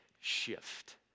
shift